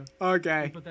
Okay